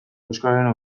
euskararen